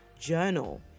Journal